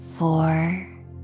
four